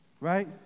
right